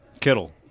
Kittle